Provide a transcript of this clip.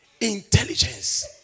intelligence